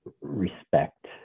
respect